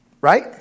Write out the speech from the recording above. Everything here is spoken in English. Right